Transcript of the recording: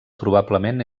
probablement